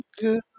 good